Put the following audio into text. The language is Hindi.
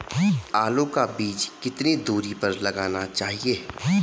आलू का बीज कितनी दूरी पर लगाना चाहिए?